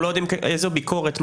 אנו לא יודעים איזו ביקורת מעשית,